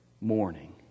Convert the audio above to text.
morning